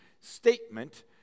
statement